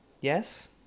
Yes